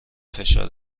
فشار